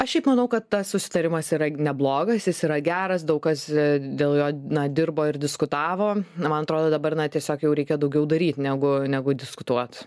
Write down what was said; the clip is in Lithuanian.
aš šiaip manau kad tas susitarimas yra neblogas jis yra geras daug kas dėl jo na dirbo ir diskutavo na man atrodo dabar na tiesiog jau reikia daugiau daryt negu negu diskutuot